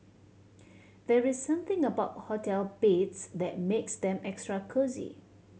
there is something about hotel beds that makes them extra cosy